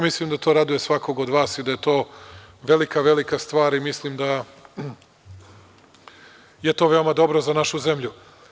Mislim da to raduje svakog od vas i da je to velika, velika stvar i mislim da je to veoma dobro za našu zemlju.